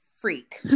freak